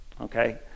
okay